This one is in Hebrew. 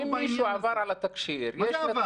אם מישהו עבר על התקשי"ר -- מה זה עבר?